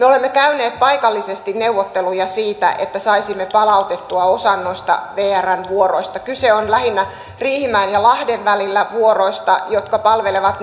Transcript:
olemme käyneet paikallisesti neuvotteluja siitä että saisimme palautettua osan noista vrn vuoroista kyse on lähinnä riihimäen ja lahden välillä vuoroista jotka palvelevat